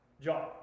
John